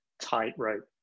tightrope